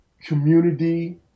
community